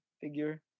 figure